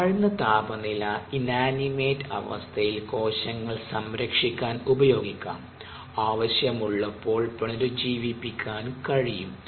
താഴ്ന്ന താപനില ഇന്നാനിമേറ്റ് അവസ്ഥയിൽ കോശങ്ങൾ സംരക്ഷിക്കാൻ ഉപയോഗിക്കാം ആവശ്യമുള്ളപ്പോൾ പുനരുജ്ജീവിപ്പിക്കാൻ കഴിയും